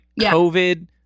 covid